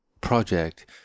project